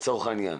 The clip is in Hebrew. לצורך העניין,